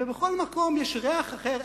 ובכל מקום יש ריח אחר,